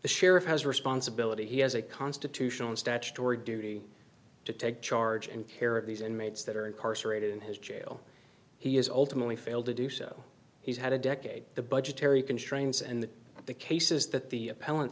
the sheriff has a responsibility he has a constitutional and statutory duty to take charge and care of these inmates that are incarcerated in his jail he is ultimately failed to do so he's had a decade the budgetary constraints and the cases that the